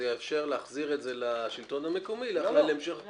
זה יאפשר להחזיר את זה לשלטון המקומי להמשך --- לא,